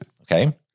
Okay